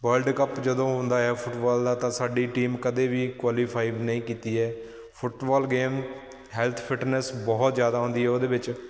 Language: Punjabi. ਵਰਲਡ ਕੱਪ ਜਦੋਂ ਹੁੰਦਾ ਹੈ ਫੁੱਟਬਾਲ ਦਾ ਤਾਂ ਸਾਡੀ ਟੀਮ ਕਦੇ ਵੀ ਕੁਆਲੀਫਾਈਵ ਨਹੀਂ ਕੀਤੀ ਹੈ ਫੁੱਟਬਾਲ ਗੇਮ ਹੈਲਥ ਫਿਟਨੈਸ ਬਹੁਤ ਜ਼ਿਆਦਾ ਆਉਂਦੀ ਹੈ ਉਹਦੇ ਵਿੱਚ